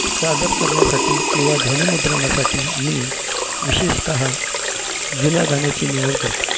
सादर करण्यासाठी किंवा ध्वनिमुद्रणासाठी मी विशेषतः जुन्या गाण्याची निवड करतो